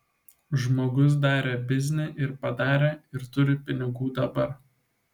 žmogus darė biznį ir padarė ir turi pinigų dabar